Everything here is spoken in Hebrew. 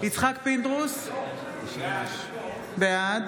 יצחק פינדרוס, בעד